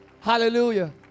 hallelujah